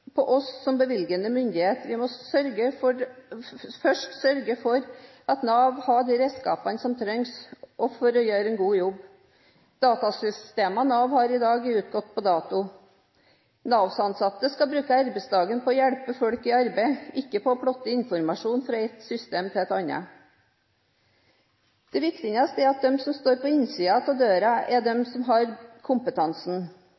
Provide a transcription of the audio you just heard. på oss som bevilgende myndighet. Vi må først sørge for at Nav har de redskapene som trengs for å gjøre en god jobb. Datasystemet som Nav har i dag, er utgått på dato. Navs ansatte skal bruke arbeidsdagen til å hjelpe folk i arbeid og aktivitet – ikke på å plotte informasjon fra ett datasystem til et annet. Det viktigste er at de som står på innsiden av døra, er